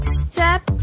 step